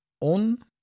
on